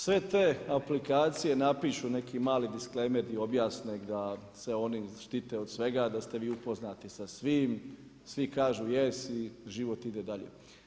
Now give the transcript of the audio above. Sve te aplikaciju napišu neki mali disklemer di objasne da se oni štite od svega, da ste vi upoznati sa svim, svi kažu yes i život ide dalje.